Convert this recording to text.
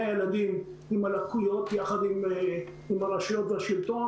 הילדים עם הלקויות יחד עם רשויות השלטון,